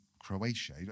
Croatia